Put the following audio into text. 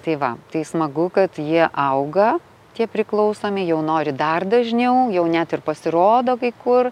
tai va tai smagu kad jie auga tie priklausomi jau nori dar dažniau jau net ir pasirodo kai kur